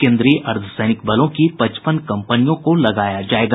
केंद्रीय अर्द्व सैनिक बलों की पचपन कंपनियों को लगाया जायेगा